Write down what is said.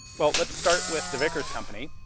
well, let's start with the vickers company.